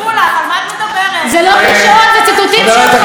חברת הכנסת